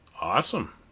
awesome